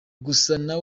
gusa